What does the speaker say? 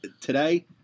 today